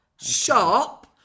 Sharp